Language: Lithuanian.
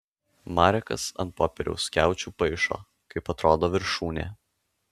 marekas ant popieriaus skiaučių paišo kaip atrodo viršūnė